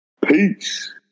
Peace